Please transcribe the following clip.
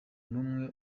n’umwe